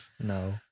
no